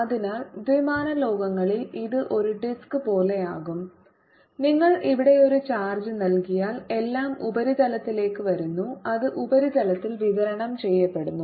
അതിനാൽ ദ്വിമാന ലോകങ്ങളിൽ ഇത് ഒരു ഡിസ്ക് പോലെയാകും നിങ്ങൾ ഇവിടെ ഒരു ചാർജ് നൽകിയാൽ എല്ലാം ഉപരിതലത്തിലേക്ക് വരുന്നു അത് ഉപരിതലത്തിൽ വിതരണം ചെയ്യപ്പെടുന്നു